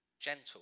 gentle